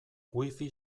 wifi